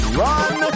run